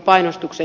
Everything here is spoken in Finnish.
puhemies